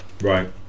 Right